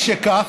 משכך,